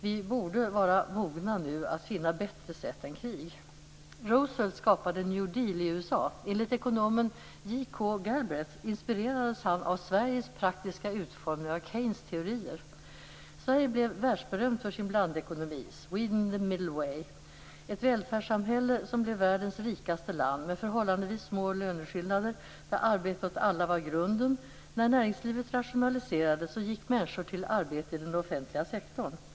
Vi borde vara mogna nu att finna bättre sätt att göra detta än genom krig. Roosevelt skapade New Deal i USA. Enligt ekonomen J K Galbraith inspirerades han av Sveriges praktiska utformning av Keynes teorier. Sverige blev världsberömt för sin blandekonomi; Sweden - the Middle Way. Vi var ett välfärdssamhälle som blev världens rikaste land. Löneskillnaderna var förhållandevis små, och arbete åt alla var grunden. När näringslivet rationaliserade gick människor till arbete i den offentliga sektorn.